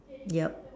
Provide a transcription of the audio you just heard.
yup